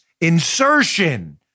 insertion